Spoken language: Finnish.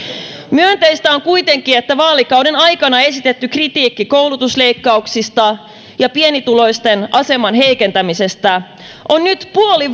myönteistä on kuitenkin että vaalikauden aikana esitetty kritiikki koulutusleikkauksista ja pienituloisten aseman heikentämisestä on nyt puoli